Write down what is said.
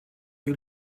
you